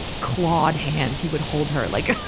clawed hands, he would hold her like,